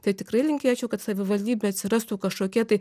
tai tikrai linkėčiau kad savivaldybėj atsirastų kažkokie tai